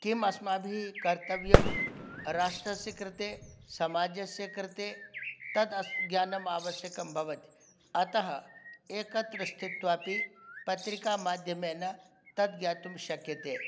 किं अस्माभिः कर्तव्यं राष्ट्रस्य कृते समाजस्य कृते तद् अस् ज्ञानम् आवश्यकं भवति अतः एकत्र स्थित्वापि पत्रिकामाध्यमेन तद् ज्ञातुं शक्यते